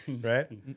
Right